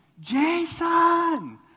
Jason